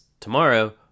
tomorrow